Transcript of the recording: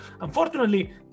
unfortunately